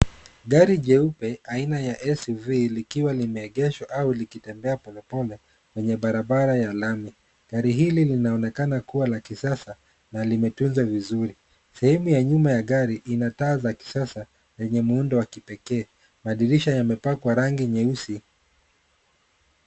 Gari jeupe aina ya SUV likiwa limeegeshwa au likitembea polepole kwenye barabara ya lami. Gari hili linaonekana kuwa la kisasa na limetunzwa vizuri. Sehemu ya nyuma ya gari ina taa za kisasa zenye muundo wa kipekee. Madirisha yamepakwa rangi nyeusi.